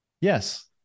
yes